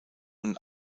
und